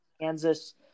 Kansas